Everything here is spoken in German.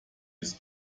des